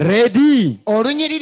Ready